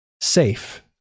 safe